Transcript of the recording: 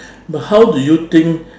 but how do you think